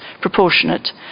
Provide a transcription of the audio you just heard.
proportionate